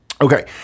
Okay